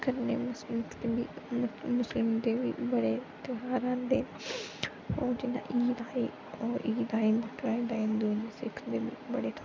कन्नै मुस्लिम दे बी मुस्लिम दे बी बड़े ध्यार आंदे ओह् जि'यां ईद आई होर ईद आई हिंदू ते सिक्ख दे बी बड़े ध्यार होंदे न